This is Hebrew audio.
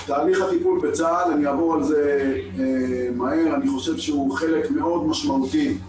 תהליך הטיפול בצה"ל הוא חלק מאוד משמעותי.